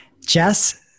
Jess